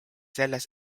selles